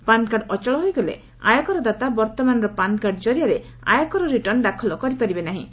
ପାନ୍ card ଅଚଳ ହୋଇଗଲେ ଆୟକରଦାତା ବର୍ଭମାନର ପାନ୍ କାର୍ଡ଼ ଜରିଆରେ ଆୟକର ରିଟର୍ଣ୍ ଦାଖଲ କରିପାରିବେ ନାହିଁ